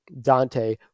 Dante